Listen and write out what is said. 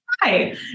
hi